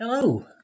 Hello